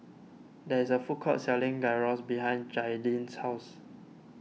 there is a food court selling Gyros behind Jaidyn's house